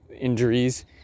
injuries